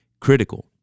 critical